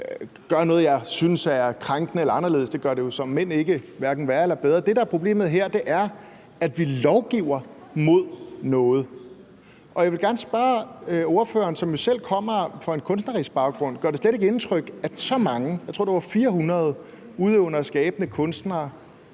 gør noget, jeg synes er krænkende eller anderledes. Det, der er problemet her, er, at vi lovgiver mod noget, og jeg vil gerne spørge ordføreren, som jo selv kommer fra med kunstnerisk baggrund: Gør det slet ikke indtryk, at så mange – jeg tror, det var 400 – udøvende og skabende kunstnere